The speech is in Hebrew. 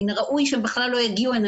מן הראוי שהן בכלל לא יגיעו הנה,